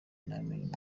ntamenye